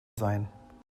seien